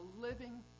living